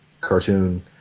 cartoon